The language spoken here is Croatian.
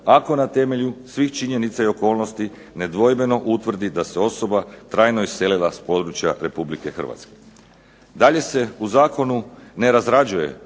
ako na temelju svih činjenica i okolnosti nedvojbeno utvrdi da se osoba trajno iselila s područja RH. Dalje se u zakonu ne razrađuje